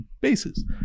bases